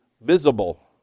visible